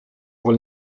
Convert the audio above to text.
wohl